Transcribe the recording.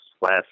last